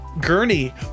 gurney